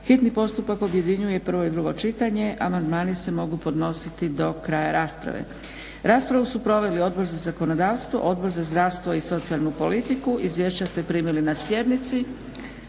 hitni postupak objedinjuje prvo i drugo čitanje. Amandmani se mogu podnositi do kraja rasprave. Raspravu su proveli Odbor za zakonodavstvo, Odbor za zdravstvo i socijalnu politiku. Izvješća ste primili na sjednici.